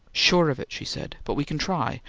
sure of it! she said, but we can try.